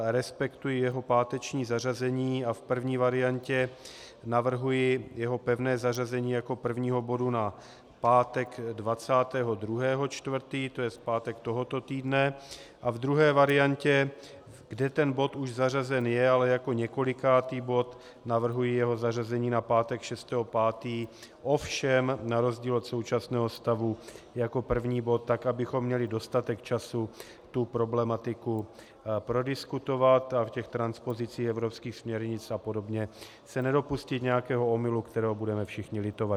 Respektuji jeho páteční zařazení a v první variantě navrhuji jeho pevné zařazení jako prvního bodu na pátek 22. 4., to je v pátek tohoto týdne, a ve druhé variantě, kde ten bod už zařazen je, ale jako několikátý bod, navrhuji jeho zařazení na pátek 6. 5., ovšem na rozdíl od současného stavu jako první bod, abychom měli dostatek času tu problematiku prodiskutovat a v těch transpozicích evropských směrnic a podobně se nedopustili nějakého omylu, kterého budeme všichni litovat.